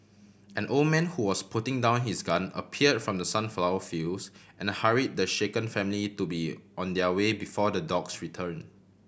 an old man who was putting down his gun appear from the sunflower fields and hurry the shaken family to be on their way before the dogs return